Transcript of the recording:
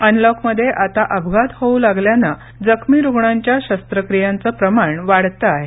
अनलॉकमध्ये आता अपघात होऊ लागल्यानं जखमी रुग्णांच्या शस्त्रक्रियांचं प्रमाण वाढतं आहे